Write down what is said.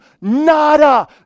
Nada